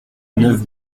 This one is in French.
neuf